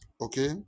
Okay